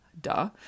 duh